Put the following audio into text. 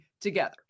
together